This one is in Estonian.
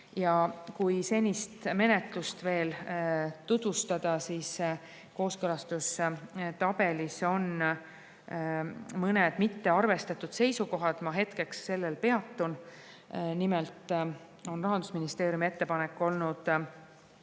Ja kui senist menetlust veel tutvustada, siis kooskõlastustabelis on mõned mittearvestatud seisukohad, ma hetkeks peatun nendel. Nimelt on Rahandusministeeriumi ettepanek olnud